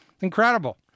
Incredible